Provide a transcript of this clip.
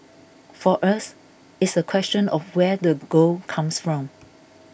for us it's a question of where the gold comes from